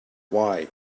why